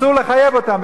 אסור לחייב אותן,